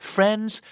Friends